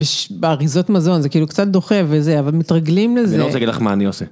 יש באריזות מזון, זה כאילו קצת דוחה וזה, אבל מתרגלים לזה. אני לא רוצה להגיד לך מה אני עושה.